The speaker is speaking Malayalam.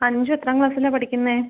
അഞ്ചു എത്രാം ക്ലാസ്സിലാ പഠിക്കുന്നേ